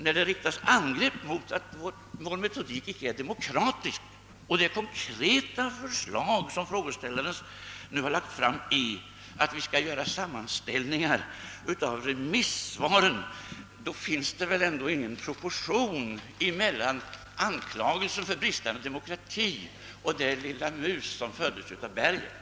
När det riktas angrepp mot att vår metodik inte är demokratisk och när det konkreta förslag som frågeställaren har lagt fram innebär att vi skall göra sammanställningar av remissva ren, finns det ingen proportion mellan anklagelsen för bristande demokrati och den lilla mus som föddes av berget.